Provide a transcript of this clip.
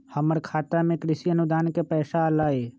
हमर खाता में कृषि अनुदान के पैसा अलई?